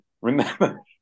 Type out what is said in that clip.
remember